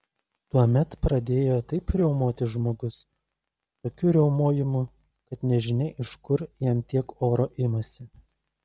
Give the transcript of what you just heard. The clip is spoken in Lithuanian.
tuomet pradėjo taip riaumoti žmogus tokiu riaumojimu kad nežinia iš kur jam tiek oro imasi